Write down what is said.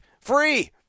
Free